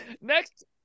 Next